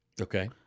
Okay